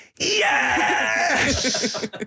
Yes